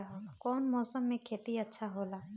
कौन मौसम मे खेती अच्छा होला?